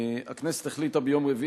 הכנסת החליטה ביום רביעי,